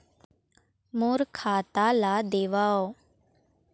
मोर खाता ला देवाव?